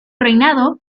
reinado